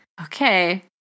Okay